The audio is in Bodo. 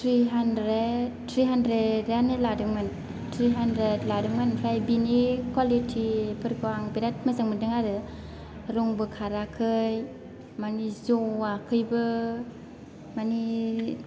थ्रि हानद्रेद थ्रि हानद्रेद आनो लादोंमोन थ्रि हानद्रेद लादोंमोन ओमफ्राय बिनि क्वालिटि फोरखौ आं बिराथ मोजां मोनदों आरो रंबो खाराखै माने जवाखैबो माने